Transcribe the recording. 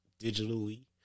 digitally